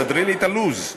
סדרי לי את הלו"ז.